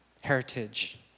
heritage